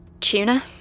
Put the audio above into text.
Tuna